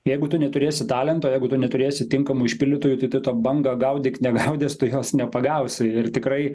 jeigu tu neturėsi talento jeigu tu neturėsi tinkamų išpildytojų tai tu tą bangą gaudyk negaudęs tu jos nepagausi ir tikrai